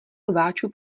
rváčů